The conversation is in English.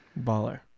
baller